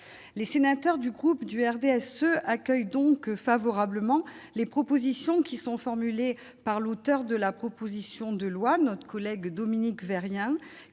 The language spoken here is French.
les sénateurs du groupe du RDSE accueille donc favorablement les propositions qui sont formulées par l'auteur de la proposition de loi notre collègue Dominique verrière